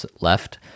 left